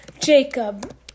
Jacob